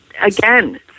again